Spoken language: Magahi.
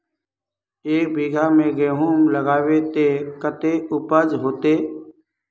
एक बिगहा में गेहूम लगाइबे ते कते उपज होते?